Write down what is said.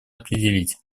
определить